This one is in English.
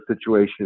situation